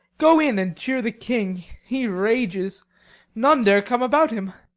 go in and cheer the king. he rages none dare come about him.